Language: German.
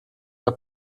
der